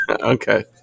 Okay